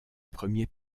premiers